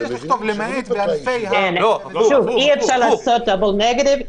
(36) לכתוב: למעט בענפי --- אי-אפשר לעשות דבל נגטיב.